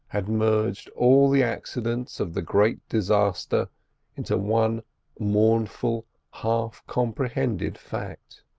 had merged all the accidents of the great disaster into one mournful half-comprehended fact.